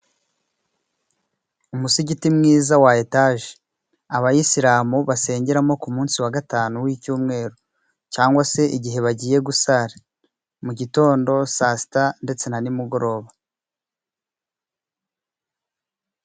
Umusigiti mwiza wa etaje abayisilamu basengeramo ku munsi wa gatanu w'icyumweru cyangwa se igihe bagiye gusara mu mugitondo sa sita ndetse na nimugoroba.